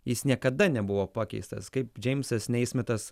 jis niekada nebuvo pakeistas kaip džeimsas neismitas